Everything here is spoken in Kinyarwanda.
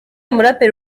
umuraperi